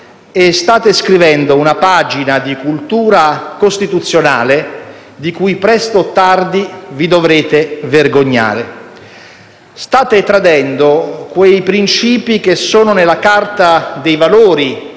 State scrivendo una pagina di cultura costituzionale di cui, presto o tardi, vi dovrete vergognare. State tradendo quei principi che sono nella carta dei valori